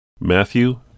Matthew